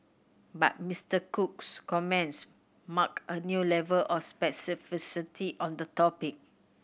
but Mister Cook's comments marked a new level of specificity on the topic